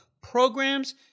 programs